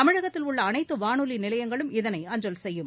தமிழகத்தில் உள்ள அனைத்துவானொலிநிலையங்களும் இதனை அஞ்சல் செய்யும்